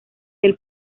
del